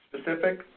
Specific